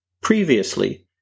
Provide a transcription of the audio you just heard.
Previously